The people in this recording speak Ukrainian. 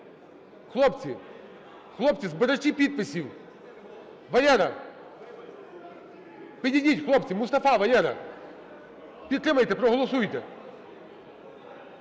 Хлопці, хлопці, збирачі підписів, Валера, підійдіть. Хлопці, Мустафа, Валера, підтримайте, проголосуйте.